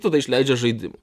tada išleidžia žaidimų